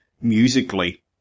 musically